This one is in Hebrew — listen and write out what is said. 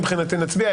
מבחינתי נצביע,